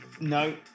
No